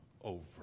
over